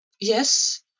Yes